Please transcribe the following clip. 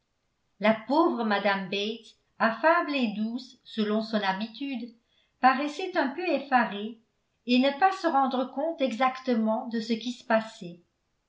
la pauvre mme bates affable et douce selon son habitude paraissait un peu effarée et ne pas se rendre compte exactement de ce qui se passait